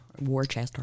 Worcester